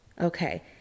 Okay